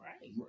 right